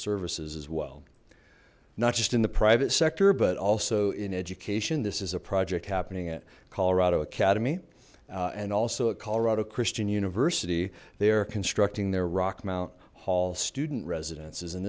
services as well not just in the private sector but also in education this is a project happening at colorado academy and also at colorado christian university they are constructing their rock mount hall student residences and